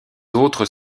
autres